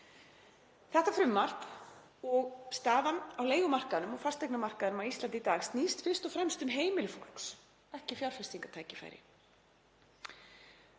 Þetta frumvarp og staðan á leigumarkaðnum og fasteignamarkaðnum á Íslandi í dag snýst fyrst og fremst um heimili fólks, ekki fjárfestingartækifæri.